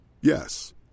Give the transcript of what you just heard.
Yes